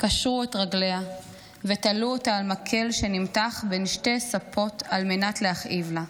קשרו את רגליה ותלו אותה על מקל שנמתח בין שתי ספות על מנת להכאיב לה.